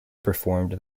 performed